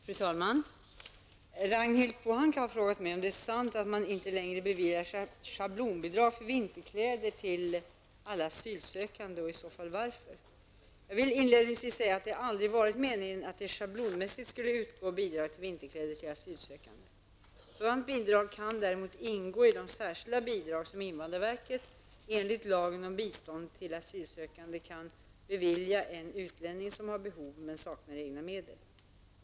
Fru talman! Ragnhild Pohanka har frågat mig om det är sant att man inte längre beviljar schablonbidrag för vinterkläder till alla asylsökande och i så fall varför. Jag vill inledningsvis säga att det aldrig har varit meningen att det schablonmässigt skulle utgå något bidrag till vinterkläder till asylsökande. Sådant bidrag kan däremot ingå i de särskilda bidrag som invandrarverket, enligt lagen om bistånd åt asylsökande, kan bevilja en utlänning som har behov men saknar egna medel.